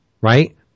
right